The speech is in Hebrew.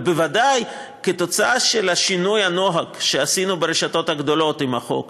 אבל בוודאי כתוצאה של השינוי בנוהג שעשינו ברשתות הגדולות עם החוק,